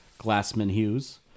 Glassman-Hughes